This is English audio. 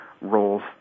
roles